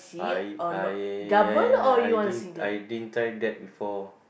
I I I I didn't I didn't try that before